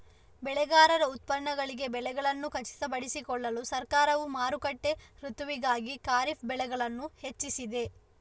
ಬೆಳೆಗಾರರ ಉತ್ಪನ್ನಗಳಿಗೆ ಬೆಲೆಗಳನ್ನು ಖಚಿತಪಡಿಸಿಕೊಳ್ಳಲು ಸರ್ಕಾರವು ಮಾರುಕಟ್ಟೆ ಋತುವಿಗಾಗಿ ಖಾರಿಫ್ ಬೆಳೆಗಳನ್ನು ಹೆಚ್ಚಿಸಿದೆ